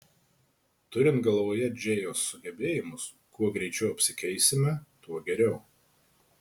turint galvoje džėjos sugebėjimus kuo greičiau apsikeisime tuo geriau